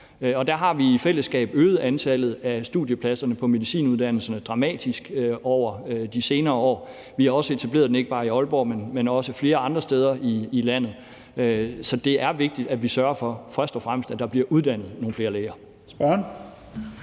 der har vi i fællesskab øget antallet af studiepladserne på medicinuddannelserne dramatisk over de senere år, og vi har ikke bare etableret dem i Aalborg, men også flere andre steder i landet. Så det er først og fremmest vigtigt, at vi sørger for, at der bliver uddannet nogle flere læger.